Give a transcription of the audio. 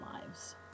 lives